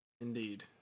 Indeed